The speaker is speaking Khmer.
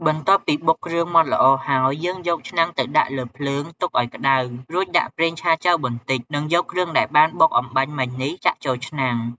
បន្ទាប់ពីបុកគ្រឿងម៉ដ្ឋល្អហើយ យើងយកឆ្នាំងទៅដាក់លើភ្លើង ទុកឱ្យក្ដៅ រួចដាក់ប្រេងឆាចូលបន្តិច និងយកគ្រឿងដែលបានបុកអំបាញ់មិញនេះចាក់ចូលឆ្នាំង។